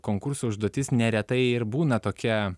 konkurso užduotis neretai ir būna tokia